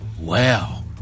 Wow